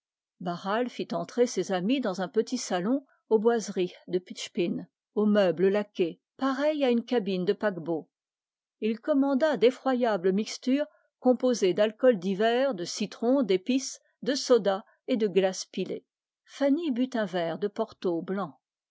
barral fit entrer ses amis dans un salon aux boiseries d'acajou pareil à une cabine de paquebot et il commanda les effroyables mixtures composées d'alcools divers de citron d'épices de soda et de glace pilée fanny but un verre de porto